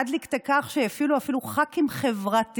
עד כדי כך שהפעילו אפילו ח"כים חברתיים